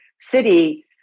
city